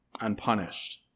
unpunished